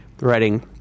writing